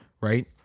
Right